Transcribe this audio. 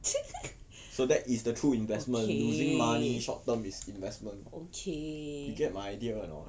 okay okay